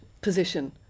position